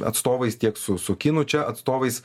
atstovais tiek su kinų čia atstovais